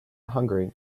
hungry